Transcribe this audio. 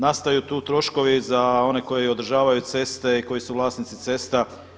Nastaju tu troškovi za one koji održavaju ceste i koji su vlasnici cesta.